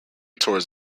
tours